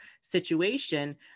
situation